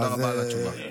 תודה רבה על התשובה.